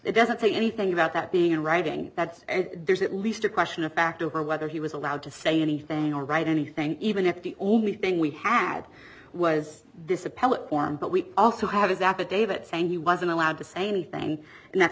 it doesn't say anything about that being in writing that there's at least a question of fact over whether he was allowed to say anything or write anything even if the thing we had was this appellate form but we also have his affidavit saying he wasn't allowed to say anything and that's